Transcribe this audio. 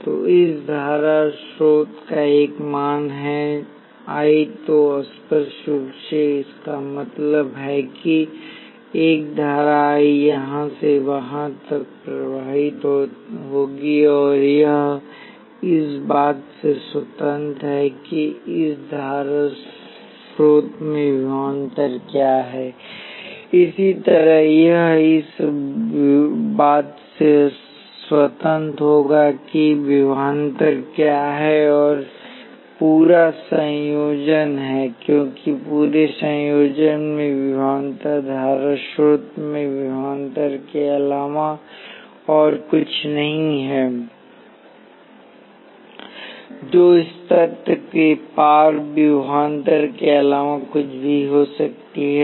तो इस धारा स्रोत का एक मूल्य है I तो स्पष्ट रूप से इसका मतलब है कि एक धारा I यहाँ से वहाँ तक प्रवाहित होगी और यह इस बात से स्वतंत्र है कि इस धारा स्रोत में विभवांतर क्या है इसी तरह यह इस बात से स्वतंत्र होगा कि विभवांतर क्या है यह पूरा संयोजन क्योंकि पूरे संयोजन में विभवांतर धारा स्रोत में विभवांतर के अलावा और कुछ नहीं है जो इस तत्व के पार विभवांतर के अलावा कुछ भी हो सकता है